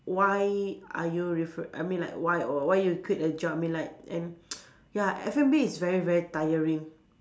why are you refer I mean like why or why you quit the job I mean like and ya F&B is very very tiring